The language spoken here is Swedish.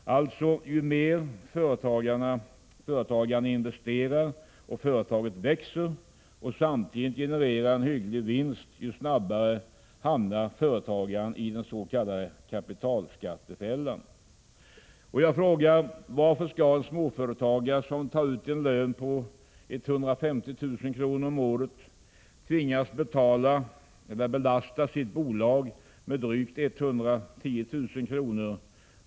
Ju mer företagaren investerar och ju mer företaget växer och samtidigt genererar en hygglig vinst, desto snabbare hamnar företagaren i den s.k. kapitalskattefällan. Jag frågar: Varför skall en småföretagare som tar ut en lön på 150 000 kr. om året tvingas belasta sitt bolag med drygt 110 000 kr.